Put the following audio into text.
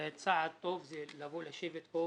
צעד טוב זה לבוא לשבת כאן